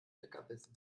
leckerbissen